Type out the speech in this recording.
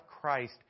Christ